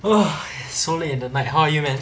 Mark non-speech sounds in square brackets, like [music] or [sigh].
[breath] so late in the night how are you man